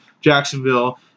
Jacksonville